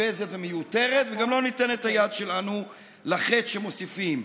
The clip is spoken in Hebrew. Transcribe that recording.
מבוזבזת ומיותרת וגם לא ניתן את היד שלנו לחטא שמוסיפים.